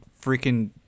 freaking